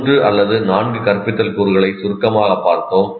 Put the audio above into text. மூன்று அல்லது நான்கு கற்பித்தல் கூறுகளை சுருக்கமாகப் பார்த்தோம்